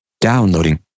Downloading